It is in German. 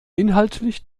inhaltlich